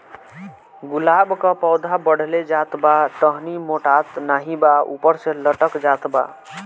गुलाब क पौधा बढ़ले जात बा टहनी मोटात नाहीं बा ऊपर से लटक जात बा?